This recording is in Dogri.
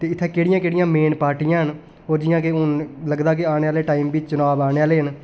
ते इत्थै केह्ड़ियां केह्ड़ियां मेन पार्टियां न और जि'यां के हुन लगदा कि आने आले टाइम बी चुनाव आने आह्ले न